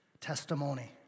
testimony